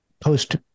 post